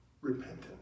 repentant